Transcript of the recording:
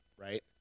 right